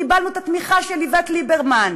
קיבלנו את התמיכה של איווט ליברמן,